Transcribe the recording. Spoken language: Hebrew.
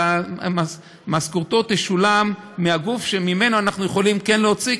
אבל משכורתו תשולם מהגוף שממנו אנחנו כן יכולים להוציא,